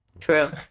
true